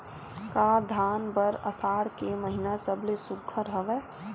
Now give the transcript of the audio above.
का धान बर आषाढ़ के महिना सबले सुघ्घर हवय?